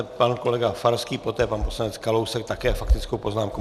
Pan kolega Farský, poté pan poslanec Kalousek také s faktickou poznámkou.